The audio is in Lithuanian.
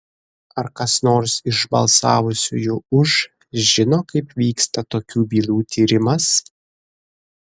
ar kas nors iš balsavusiųjų už žino kaip vyksta tokių bylų tyrimas